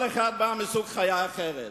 כל אחד בא מחיה אחרת.